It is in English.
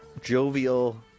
jovial